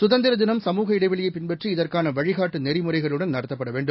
சுதந்திரதினம் சமூக இடைவெளியைப் பின்பற்றி இதற்கானவழிகாட்டுநெறிமுறைகளுடன் நடத்தப்படவேண்டும்